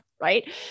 right